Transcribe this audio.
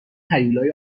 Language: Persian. هیولای